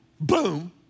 Boom